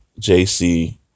JC